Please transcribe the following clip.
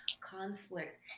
conflict